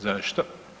Zašto?